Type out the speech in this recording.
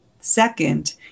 Second